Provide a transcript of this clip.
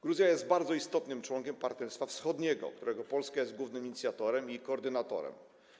Gruzja jest bardzo istotnym członkiem Partnerstwa Wschodniego, którego Polska jest głównym inicjatorem i koordynatorem.